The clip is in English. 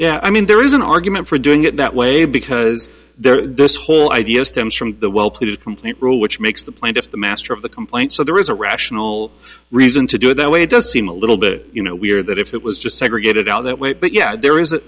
yeah i mean there is an argument for doing it that way because there's this whole idea stems from the well to complete rule which makes the point if the master of the complaint so there is a rational reason to do it that way it does seem a little bit you know we're that if it was just segregated out that way but yeah there is th